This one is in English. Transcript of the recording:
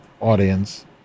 audience